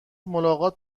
ملاقات